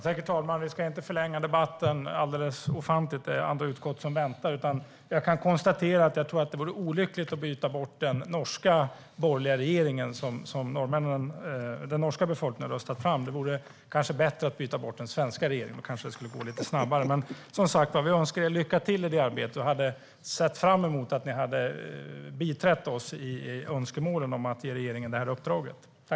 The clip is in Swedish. Herr talman! Vi ska inte förlänga debatten alldeles ofantligt; det är andra utskott som väntar. Jag kan i stället konstatera att jag tror att det vore olyckligt att byta ut den norska borgerliga regering den norska befolkningen har röstat fram. Det vore kanske bättre att byta ut den svenska regeringen, och det kanske skulle gå lite snabbare. Men vi önskar er som sagt lycka till i detta arbete. Vi hade sett fram emot att ni hade biträtt oss i önskemålen om att ge regeringen det här uppdraget.